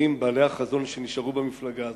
הנאמנים בעלי החזון שנשארו במפלגה הזאת.